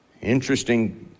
Interesting